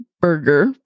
burger